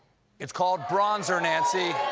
it's called bronzer, nancy.